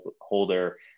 holder